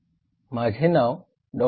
माझे नाव डॉ